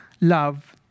love